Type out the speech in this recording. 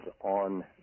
on